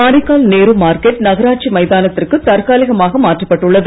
Karaikal Nehru market நகராட்சி மைதானத்திற்கு தற்காலிமாக மாற்றப்பட்டுள்ளது